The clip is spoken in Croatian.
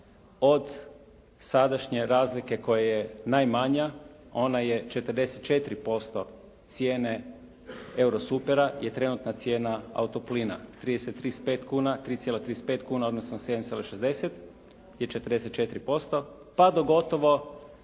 od sadašnje razlike koja je najmanja, ona je 44% cijene Eurosupera je trenutna cijena auto plina. 30, 35 kuna, 3,35 kuna odnosno